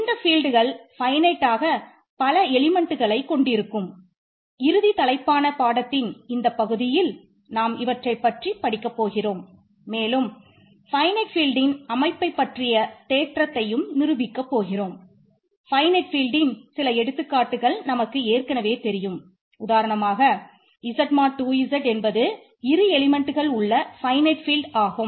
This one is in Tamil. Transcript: இந்த ஃபீல்ட்கள் ஆகும்